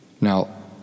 Now